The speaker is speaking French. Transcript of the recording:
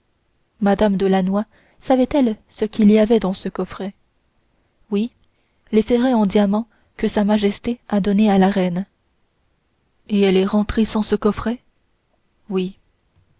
mme de lannoy savait-elle ce qu'il y avait dans ce coffret oui les ferrets en diamants que sa majesté a donnés à la reine et elle est rentrée sans ce coffret oui